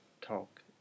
talk